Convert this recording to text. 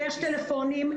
לכל הורה יש מייל ויש טלפונים.